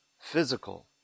physical